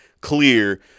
clear